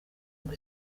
ngo